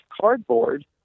cardboard